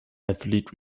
athlete